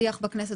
השיח בכנסת,